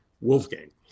Wolfgang